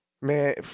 Man